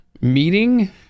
meeting